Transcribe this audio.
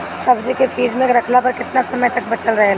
सब्जी के फिज में रखला पर केतना समय तक बचल रहेला?